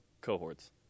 cohorts